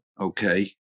okay